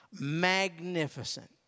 magnificent